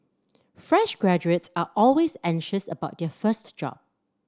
fresh graduates are always anxious about their first job